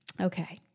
Okay